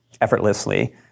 effortlessly